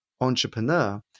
entrepreneur